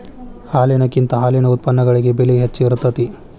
ಹಾಲಿನಕಿಂತ ಹಾಲಿನ ಉತ್ಪನ್ನಗಳಿಗೆ ಬೆಲೆ ಹೆಚ್ಚ ಇರತೆತಿ